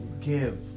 give